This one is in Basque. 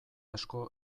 asko